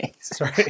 Sorry